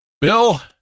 Bill